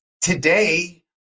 Today